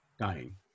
dying